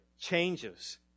changes